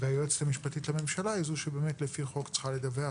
היועצת המשפטית לממשלה היא זו שבאמת לפי חוק צריכה לדווח